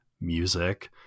music